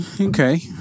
okay